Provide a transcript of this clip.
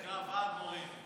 זה נקרא ועד מורים.